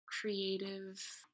creative